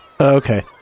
Okay